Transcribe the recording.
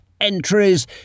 entries